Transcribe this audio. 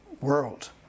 world